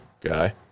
guy